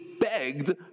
begged